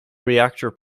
reactor